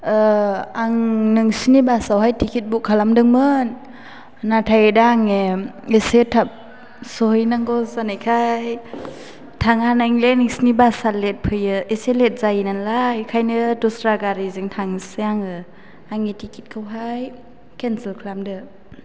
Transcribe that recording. आं नोंसोरनि बासावहाय टिकेट बुक खालामदोंमोन नाथाय दा आङो एसे थाब सहैनांगौ जानायखाय थांनो हानाय नंला नोंसोरनि बासा लेत फैयो एसे लेत जायो नालाय ओंखायनो दस्रा गारिजों थांनोसै आङो आंनि टिकेट खौहाय केनसेल खालामदो